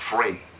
free